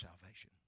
salvation